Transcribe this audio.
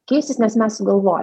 keistis nors mes sugalvojo